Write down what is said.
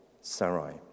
Sarai